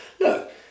Look